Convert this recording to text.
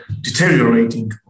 deteriorating